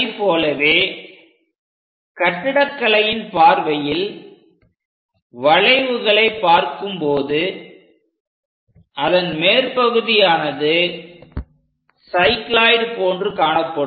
அதைப் போலவே கட்டடக்கலையின் பார்வையில் வளைவுகளை பார்க்கும்பொழுது அதன் மேற்பகுதி ஆனது சைக்ளோயிட் போன்று காணப்படும்